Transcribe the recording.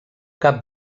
cap